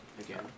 again